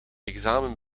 examen